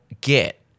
get